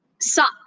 suck